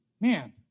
Man